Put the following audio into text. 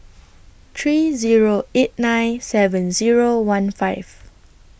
three Zero eight nine seven Zero one five